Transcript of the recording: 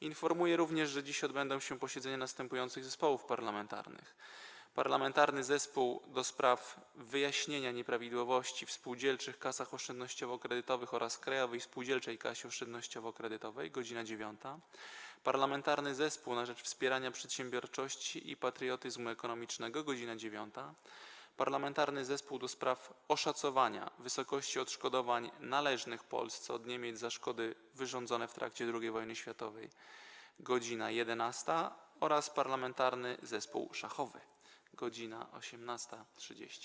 Informuję również, że dziś odbędą się posiedzenia następujących zespołów parlamentarnych: - Parlamentarnego Zespołu ds. wyjaśnienia nieprawidłowości w spółdzielczych kasach oszczędnościowo-kredytowych oraz Krajowej Spółdzielczej Kasie Oszczędnościowo-Kredytowej - godz. 9, - Parlamentarnego Zespołu na rzecz Wspierania Przedsiębiorczości i Patriotyzmu Ekonomicznego - godz. 9, - Parlamentarnego Zespołu ds. Oszacowania Wysokości Odszkodowań Należnych Polsce od Niemiec za Szkody Wyrządzone w trakcie II Wojny Światowej - godz. 11, - Parlamentarnego Zespołu Szachowego - godz. 18.30.